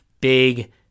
big